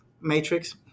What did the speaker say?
matrix